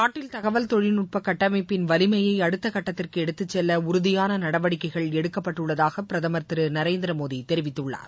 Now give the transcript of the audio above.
நாட்டில் தகவல் தொழில்நுட்ப கட்டமைப்பின் வலிமையை அடுத்த கட்டத்திற்கு எடுத்துச்செல்ல உறுதியான நடவடிக்கைகள் எடுக்கப்பட்டுள்ளதாக பிரதமர் திரு நரேந்திர மோடி தெரிவித்துள்ளார்